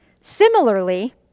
Similarly